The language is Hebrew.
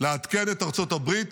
לעדכן את ארצות הברית